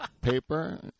Paper